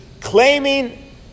claiming